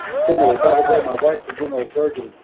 similarly, by the way, my wife's a general surgeon.